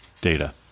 Data